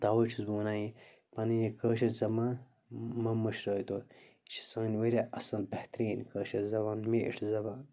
تَوَے چھُس بہٕ وَنان یہِ پنٕنۍ یہِ کٲشِر زبان مَہ مہٕ مٔشرٲیتو یہِ چھِ سٲنۍ واریاہ اَصٕل بہتریٖن کٲشِر زبان میٖٹھ زبان